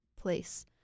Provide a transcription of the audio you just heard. Place